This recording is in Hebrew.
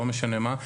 לא משנה מה,